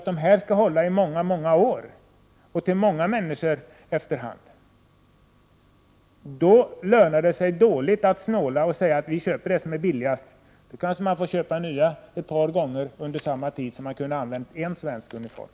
De skall hålla i många år och användas av många människor efter hand. Det lönar sig dåligt att snåla och säga att vi skall köpa det som är billigast. Då kanske man får köpa nya ett par gånger under samma tid som man hade kunnat använda en svensk uniform.